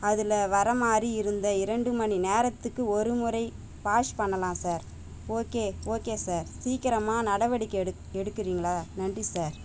அதில் வர மாதிரி இருந்த இரண்டு மணி நேரத்துக்கு ஒரு முறை வாஷ் பண்ணலாம் சார் ஓகே ஓகே சார் சீக்கிரமாக நடவடிக்கை எடுக் எடுக்குறீங்களா நன்றி சார்